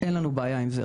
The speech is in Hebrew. אין לנו בעיה עם זה,